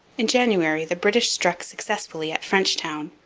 in january the british struck successfully at frenchtown,